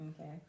Okay